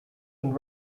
and